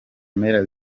mpera